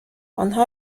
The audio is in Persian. آنها